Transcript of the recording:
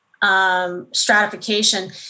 Stratification